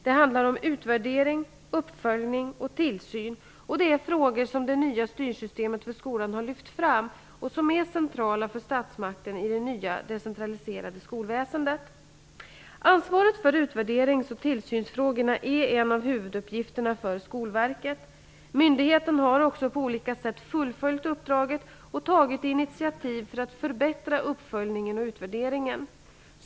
Det handlar om utvärdering, uppföljning och tillsyn, och det är frågor som det nya styrsystemet för skolan har lyft fram och som är centrala för statsmakten i det nya decentraliserade skolväsendet. Ansvaret för utvärderings och tillsynsfrågorna är en av huvuduppgifterna för Skolverket. Myndigheten har också på olika sätt fullföljt uppdraget och tagit initiativ för att förbättra uppföljningen och utvärderingen.